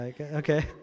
Okay